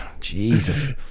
Jesus